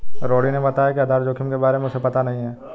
रोहिणी ने बताया कि आधार जोखिम के बारे में उसे पता नहीं है